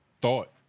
thought